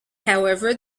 however